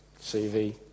CV